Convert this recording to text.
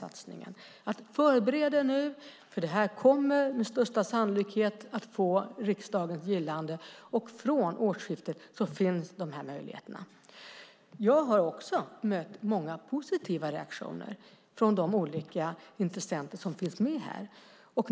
Jag har sagt att de ska förbereda sig eftersom det här med största sannolikhet kommer att få riksdagens gillande. Från årsskiftet finns möjligheterna. Jag har också mött många positiva reaktioner från de olika intressenter som finns med.